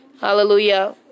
Hallelujah